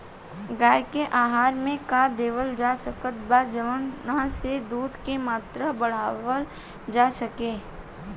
गाय के आहार मे का देवल जा सकत बा जवन से दूध के मात्रा बढ़ावल जा सके?